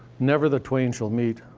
never the twain shall meet.